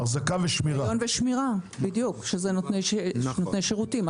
שהם נותני שירותים.